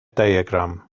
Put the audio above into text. diagram